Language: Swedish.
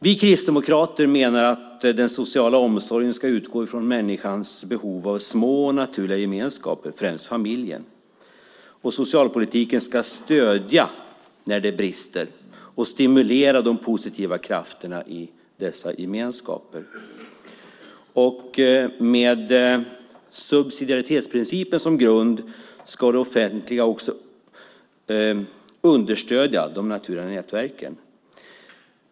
Vi kristdemokrater menar att den sociala omsorgen ska utgå från människans behov av små och naturliga gemenskaper, främst familjen. Socialpolitiken ska stödja när det brister och stimulera de positiva krafterna i dessa gemenskaper. Med subsidiaritetsprincipen som grund ska det offentliga också understödja de naturliga nätverken.